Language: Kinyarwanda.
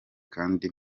kandi